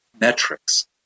metrics